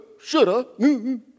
shoulda